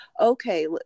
Okay